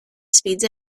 speeds